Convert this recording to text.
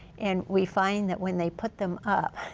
and we find that when they put them up,